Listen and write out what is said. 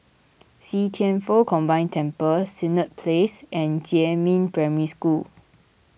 See Thian Foh Combined Temple Senett Place and Jiemin Primary School